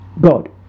God